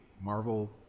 Marvel